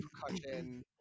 percussion